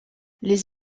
les